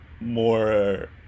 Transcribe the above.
more